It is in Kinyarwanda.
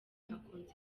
akunze